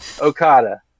Okada